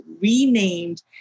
renamed